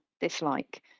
dislike